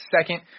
second